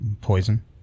Poison